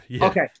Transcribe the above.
Okay